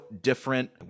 different